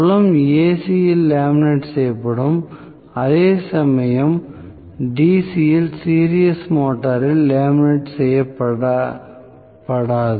புலம் AC யில் laminate செய்யப்படும் அதேசமயம் DC சீரிஸ் மோட்டரில் லேமினேட் செய்யப்படாது